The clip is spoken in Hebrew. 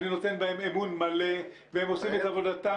אני נותן בהם אמון מלא והם עושים את עבודתם